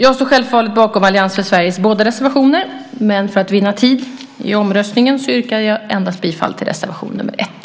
Jag står självfallet bakom de båda reservationer som Allians för Sverige har, men för att vinna tid vid omröstningen yrkar jag bifall endast till reservation nr 1.